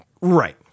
right